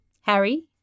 Harry